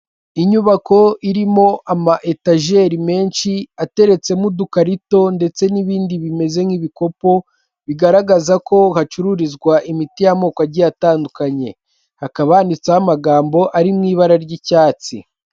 Inyubako irimo ama etajeri menshi ateretsemo udukarito ndetse n'ibindi bimeze nk'ibikopo bigaragaza ko hacururizwa imiti y'amoko agiye atandukanye, hakaba handitseho amagambo ari mu ibara ry'icyatsi.